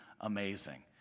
amazing